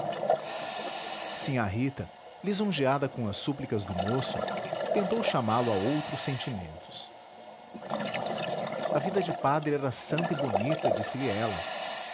casa sinhá rita lisonjeada com as súplicas do moço tentou chamá-lo a outros sentimentos a vida de padre era santa e bonita disse-lhe ela